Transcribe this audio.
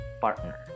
partner